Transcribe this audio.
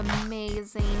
amazing